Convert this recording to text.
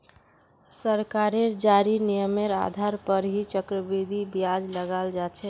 सरकारेर जारी नियमेर आधार पर ही चक्रवृद्धि ब्याज लगाल जा छे